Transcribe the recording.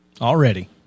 already